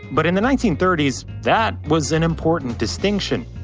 but in the nineteen thirty s, that was an important distinction.